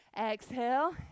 exhale